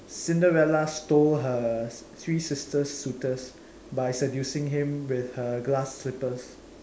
Cinderella stole her three sister's suitors by seducing him with her glass slippers